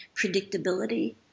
predictability